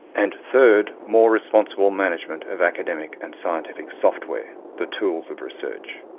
and third more responsible management of academic and scientific software, the tools of research.